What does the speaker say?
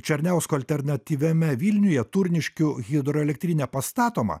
černiausko alternatyviame vilniuje turniškių hidroelektrinė pastatoma